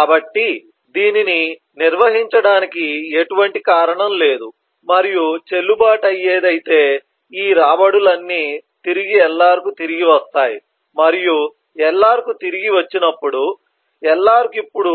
కాబట్టి దీనిని నిర్వహించడానికి ఎటువంటి కారణం లేదు మరియు చెల్లుబాటు అయ్యేది అయితే ఈ రాబడులన్నీ తిరిగి LR కు తిరిగి వస్తాయి మరియు LR కు తిరిగి వచ్చినప్పుడు LR కు ఇప్పుడు